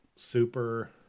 super